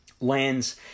lands